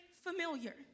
familiar